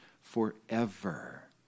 forever